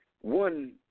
one